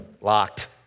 locked